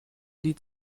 die